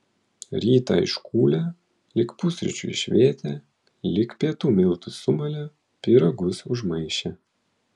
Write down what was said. rytą iškūlė lig pusryčių išvėtė lig pietų miltus sumalė pyragus užmaišė